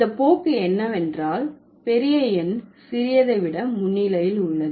இந்த போக்கு என்னவென்றால் பெரிய எண் சிறியதை விட முன்னிலையில் உள்ளது